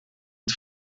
het